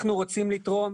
אנחנו רוצים לתרום,